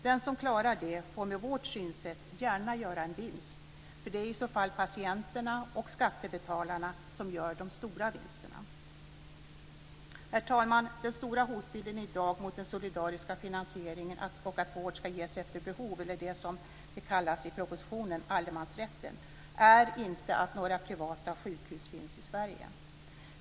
Den som klarar det får med vårt synsätt gärna göra en vinst. Det är i så fall patienterna och skattebetalarna som gör de stora vinsterna. Herr talman! Den stora hotbilden i dag mot den solidariska finansieringen och mot att vård ska ges efter behov - det som kallas allemansrätten i propositionen - är inte att några privata sjukhus finns i Sverige.